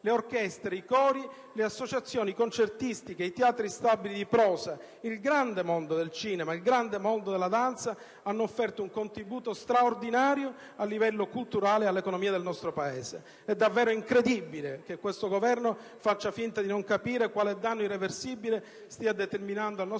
le orchestre, i cori, le associazioni concertistiche e i teatri stabili di prosa, il grande mondo del cinema e il grande mondo della danza hanno offerto un contributo straordinario al livello culturale e all'economia del nostro Paese. È davvero incredibile che questo Governo faccia finta di non capire quale danno irreversibile stia determinando al nostro Paese